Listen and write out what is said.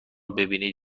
ببینید